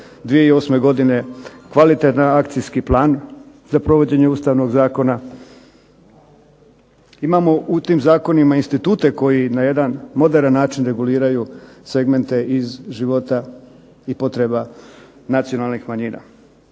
2008. godine kvalitetan akcijski plan za provođenje Ustavnog zakona. Imamo u tim zakonima institute koji na jedan moderan način reguliraju segmente iz života i potreba nacionalnih manjina.